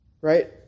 right